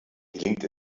gelingt